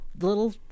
little